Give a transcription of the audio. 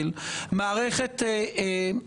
ב-23:20 התחלנו את הדיון על קרעי.